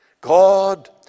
God